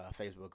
Facebook